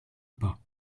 pas